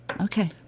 Okay